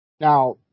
Now